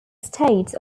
states